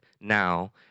now